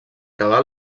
acabar